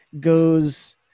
goes